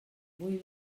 avui